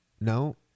No